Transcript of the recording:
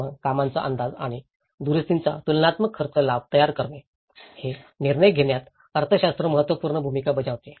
मग कामांचा अंदाज आणि दुरुस्तीचा तुलनात्मक खर्च लाभ तयार करणे हे निर्णय घेण्यात अर्थशास्त्र महत्त्वपूर्ण भूमिका बजावते